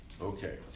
okay